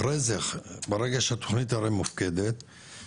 אחרי זה ברגע שהתכנית הרי מופקדת,